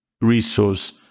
resource